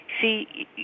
See